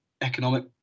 economic